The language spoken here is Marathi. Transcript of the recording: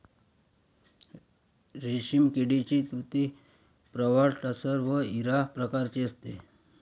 रेशीम किडीची तुती प्रवाळ टसर व इरा प्रकारची असते